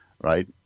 right